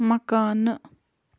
مکانہٕ